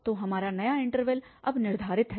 तो हमारा नया इन्टरवल अब निर्धारित है